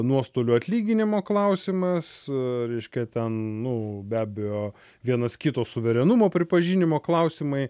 nuostolių atlyginimo klausimas reiškia ten nu be abejo vienas kito suverenumo pripažinimo klausimai